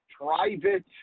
private